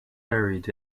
buried